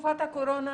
בתקופת הקורונה